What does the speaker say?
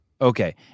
Okay